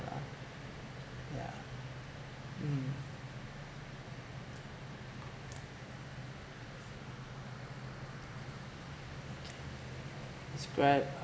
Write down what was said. uh yeah mm okay describe